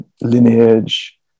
lineage